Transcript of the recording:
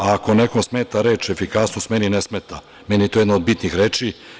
Ako nekom smeta reč „efikasnost“, meni ne smeta, meni je to jedna od bitnih reči.